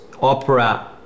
opera